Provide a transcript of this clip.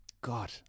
God